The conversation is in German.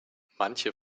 manche